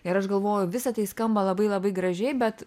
ir aš galvoju visa tai skamba labai labai gražiai bet